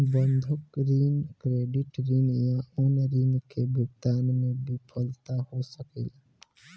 बंधक ऋण, क्रेडिट ऋण या अन्य ऋण के भुगतान में विफलता हो सकेला